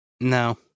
No